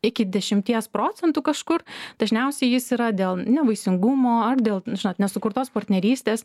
iki dešimties procentų kažkur dažniausiai jis yra dėl nevaisingumo ar dėl žinot nesukurtos partnerystės